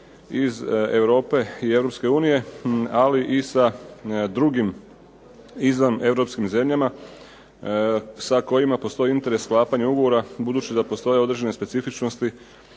iz Europe i Europske unije, ali i sa drugim izvaneuropskim zemljama sa kojima postoji interes sklapanja ugovora budući da postoje određene specifičnosti